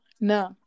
no